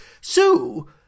Sue